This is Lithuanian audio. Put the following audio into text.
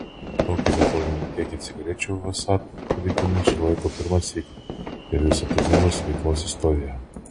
tokį rekordinį kiekį cigarečių vsat pareigūnai sulaiko pirmąsyk per visą tarnybos veiklos istoriją